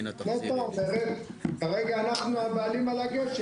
נת"ע אומרת: כרגע אנחנו הבעלים על הגשר